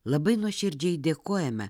labai nuoširdžiai dėkojame